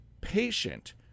patient